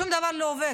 שום דבר לא עובד.